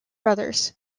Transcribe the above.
brothers